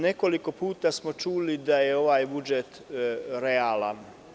Nekoliko puta smo čuli da je ovaj budžet realan.